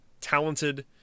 talented